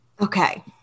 Okay